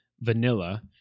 Vanilla